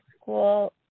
school